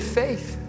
faith